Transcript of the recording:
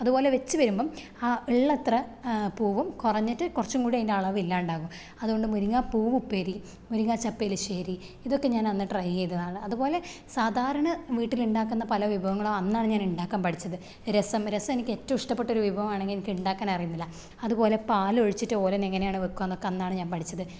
അതുപോലെ വച്ച് വരുമ്പം ആ ഉള്ളത്ര പൂവും കുറഞ്ഞിട്ട് കുറച്ചും കൂടെ അതിന്റെ അളവില്ലാണ്ടാവും അതുകൊണ്ട് മുരിങ്ങ പൂവ് ഉപ്പേരി മുരിങ്ങ ചപ്പ് എലിശ്ശേരി ഇതൊക്കെ ഞാൻ അന്ന് ട്രൈ ചെയ്തതാണ് അതുപോലെ സാധാരണ വീട്ടിലുണ്ടാക്കുന്ന പല വിഭവങ്ങളും അന്നാണ് ഞാനുണ്ടാക്കാൻ പഠിച്ചത് രസം രസം എനിക്ക് ഏറ്റോം ഇഷ്ടപ്പെട്ടൊരു വിഭവാണെങ്കിൽ എനിക്ക് ഉണ്ടാക്കാൻ അറിയുന്നില്ല അതുപോലെ പാലൊഴിച്ചിട്ട് ഓലൻ എങ്ങനെയാണ് വക്കുകാന്നൊക്കെ അന്നാണ് ഞാൻ പഠിച്ചത്